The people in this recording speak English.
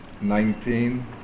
nineteen